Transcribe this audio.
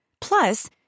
Plus